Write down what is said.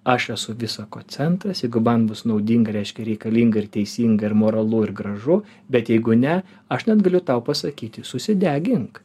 aš esu visa ko centras jeigu man bus naudinga reiškia reikalinga ir teisinga ir moralu ir gražu bet jeigu ne aš net galiu tau pasakyti susidegink